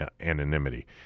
anonymity